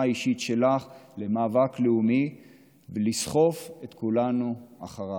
האישית שלך למאבק לאומי ולסחוף את כולנו אחריך.